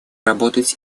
работать